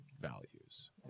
values